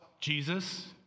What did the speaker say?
Jesus